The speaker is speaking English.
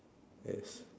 yes